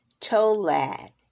Tolad